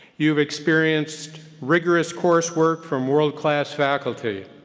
you've experienced rigorous coursework from world-class faculty.